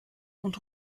und